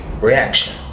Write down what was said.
reaction